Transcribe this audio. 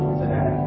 today